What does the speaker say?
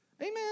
Amen